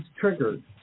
triggered